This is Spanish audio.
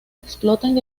explotan